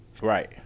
right